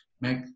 make